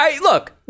Look